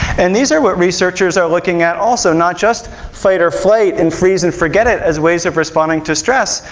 and these are what researchers are looking at also, not just fight-or-flight and freeze-and-forget-it as ways of responding to stress,